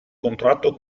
contratto